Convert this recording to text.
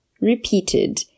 repeated